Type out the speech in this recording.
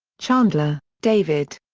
chandler, david.